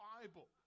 Bible